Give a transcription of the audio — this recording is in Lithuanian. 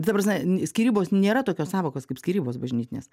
ta prasme skyrybos nėra tokios sąvokos kaip skyrybos bažnytinės